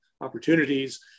opportunities